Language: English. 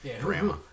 grandma